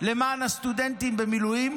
למען הסטודנטים במילואים,